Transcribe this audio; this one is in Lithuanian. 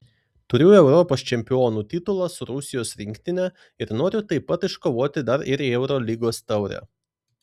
turiu europos čempionų titulą su rusijos rinktine ir noriu taip pat iškovoti dar ir eurolygos taurę